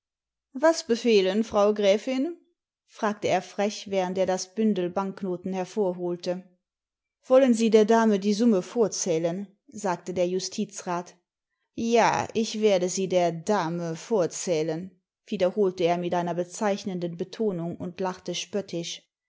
was befehlen frau gräfin sagte er frech während er das bündel banknoten hervorholte wollen sie der dame die summe vorzählen sagte der justizrat jsl ich werde sie der dame vorzählen wiederholte er mit einer bezeichnenden betonimg und lachte spöttisch